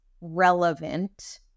relevant